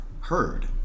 heard